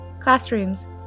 classrooms